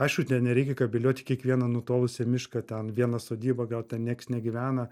aišku ten nereikia kabeliuot į kiekvieną nutolusį mišką ten vieną sodybą gal ten nieks negyvena